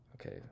Okay